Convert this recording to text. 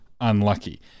unlucky